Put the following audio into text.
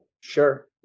Sure